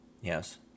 Yes